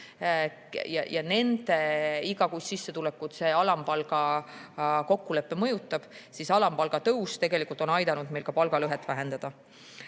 nende igakuist sissetulekut see alampalga kokkulepe mõjutab, siis alampalga tõus on aidanud meil ka palgalõhet vähendada.